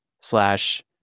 slash